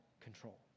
control